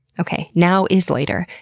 okay, now is later,